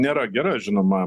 nėra gera žinoma